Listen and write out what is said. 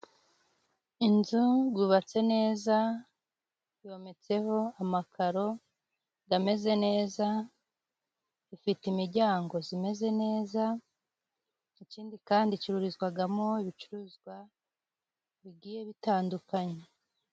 Inzu gubatse neza yometseho amakaro ameze neza ifite imiryango imeze neza, ikindi kandi icurururizwamo ibicuruzwa bigiye bitandukanye.